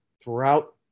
throughout